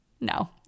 No